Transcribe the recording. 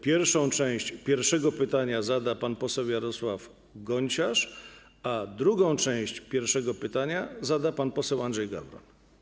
Pierwszą część pierwszego pytania zada pan poseł Jarosław Gonciarz, a drugą część pierwszego pytania zada pan poseł Andrzej Gawron.